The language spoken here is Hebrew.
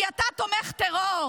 / כי אתה תומך טרור.